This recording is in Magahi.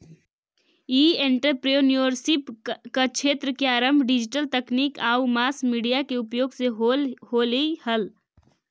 ई एंटरप्रेन्योरशिप क्क्षेत्र के आरंभ डिजिटल तकनीक आउ मास मीडिया के उपयोग से होलइ हल